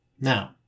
Now